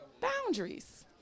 Boundaries